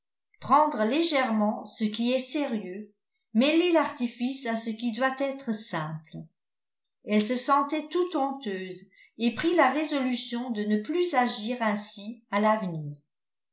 prendre légèrement ce qui est sérieux mêler l'artifice à ce qui doit être simple elle se sentait toute honteuse et prit la résolution de ne plus agir ainsi à l'avenir